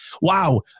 Wow